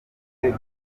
kandi